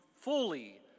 fully